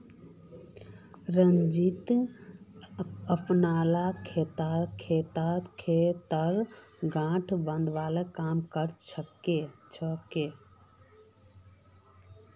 रंजीत अपनार खेतत गांठ बांधवार काम कर छेक